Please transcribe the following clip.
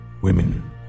women